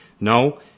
No